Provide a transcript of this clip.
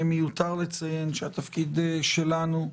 מיותר לציין שהתפקיד שלנו,